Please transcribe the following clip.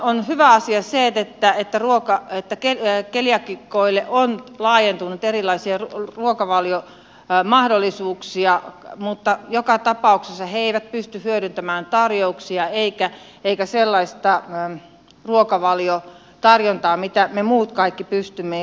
on hyvä asia se että keliaakikoille on laajentunut erilaisia ruokavaliomahdollisuuksia mutta joka tapauksessa he eivät pysty hyödyntämään tarjouksia eivätkä sellaista ruokavaliotarjontaa mitä me muut kaikki pystymme